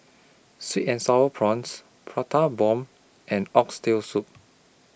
Sweet and Sour Prawns Prata Bomb and Oxtail Soup